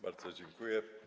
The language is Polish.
Bardzo dziękuję.